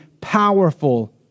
powerful